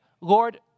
Lord